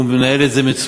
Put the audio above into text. והוא מנהל את זה מצוין,